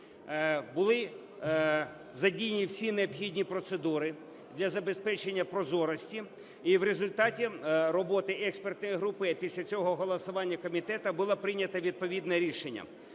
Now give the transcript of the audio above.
Були задіяні всі необхідні процедури для забезпечення прозорості. І в результаті роботи експертної групи, а після цього – голосування комітету, було прийнято відповідне рішення